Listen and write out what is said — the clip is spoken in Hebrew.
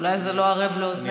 אולי זה לא ערב לאוזניך.